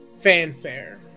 fanfare